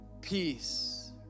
peace